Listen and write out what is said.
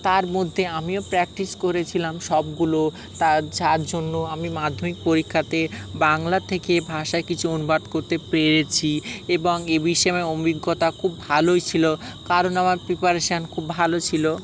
তার মধ্যে আমিও প্র্যাকটিস করেছিলাম সবগুলো তা যার জন্য আমি মাধ্যমিক পরীক্ষাতে বাংলা থেকে ভাষায় কিছু অনুবাদ করতে পেরেছি এবং এ বিষয়ে আমার অভিজ্ঞতা খুব ভালোই ছিল কারণ আমার প্রিপারেশন খুব ভালো ছিল